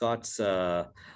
Scott's